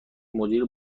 مدیر